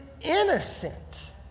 innocent